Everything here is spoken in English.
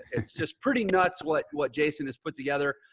it's just pretty nuts what what jason has put together.